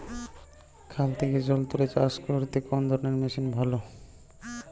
খাল থেকে জল তুলে চাষ করতে কোন ধরনের মেশিন ভালো?